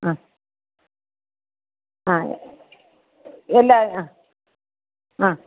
അ അ അല്ല അ അ